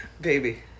baby